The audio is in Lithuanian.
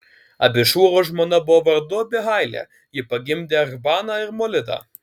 abišūro žmona buvo vardu abihailė ji pagimdė achbaną ir molidą